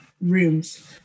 rooms